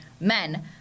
men